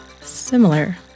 similar